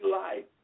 life